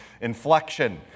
inflection